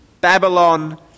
Babylon